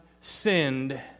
sinned